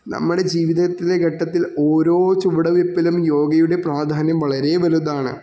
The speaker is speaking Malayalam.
നമ്മുടെ ജീവിതത്തിലെ ഘട്ടത്തിൽ ഓരോ ചുവട് വെയ്പ്പിലും യോഗയുടെ പ്രാധാന്യം വളരെ വലുതാണ്